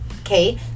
Okay